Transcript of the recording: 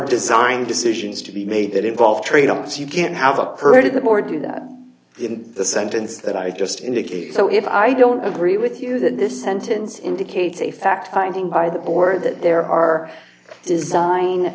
design decisions to be made that involve trade offs you can't have occurred to them or do that in the sentence that i just indicated so if i don't agree with you that this sentence indicates a fact finding by the board that there are d